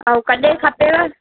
ऐं कॾहिं खपेव